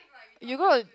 you gonna